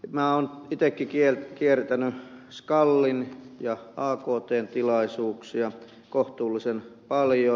minä olen itsekin kiertänyt skalin ja aktn tilaisuuksia kohtuullisen paljon